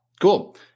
Cool